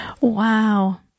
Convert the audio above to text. wow